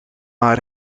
maar